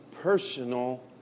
personal